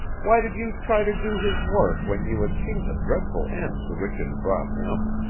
why did you try to do his work when you had seen the dreadful end to which it had brought him?